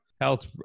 health